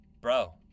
bro